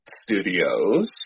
studios